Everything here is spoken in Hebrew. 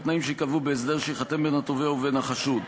בתנאים שייקבעו בהסדר שייחתם בין התובע ובין החשוד.